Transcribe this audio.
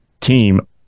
team